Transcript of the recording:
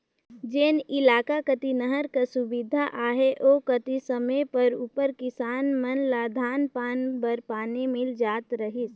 जेन इलाका कती नहर कर सुबिधा अहे ओ कती समे परे उपर किसान मन ल धान पान बर पानी मिल जात रहिस